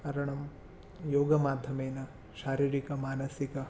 कारणं योगमाध्यमेन शारीरिक मानसिक